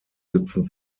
sitzen